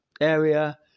area